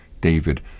David